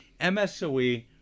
MSOE